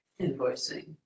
invoicing